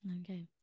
Okay